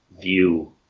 view